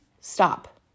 Stop